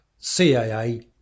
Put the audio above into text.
CAA